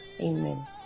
Amen